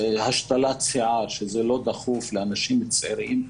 השתלת שיער, שזה לא דחוף לאנשים צעירים,